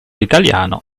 italiano